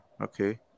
okay